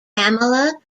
pamela